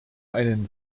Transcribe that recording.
einen